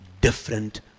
different